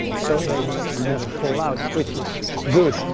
so they will never fall out, which is good.